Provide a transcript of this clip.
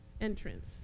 entrance